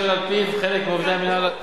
אשר על-פיו חלק מעובדי המינהל,